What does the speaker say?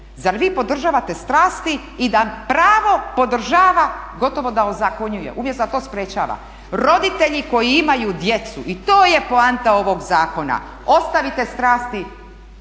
Zar vi podržavate strasti i da pravo podržava gotovo da ozakonjuje, umjesto da to sprječava. Roditelji koji imaju djecu, i to je poanta ovog zakona, ostavite strasti